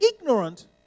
ignorant